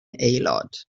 aelod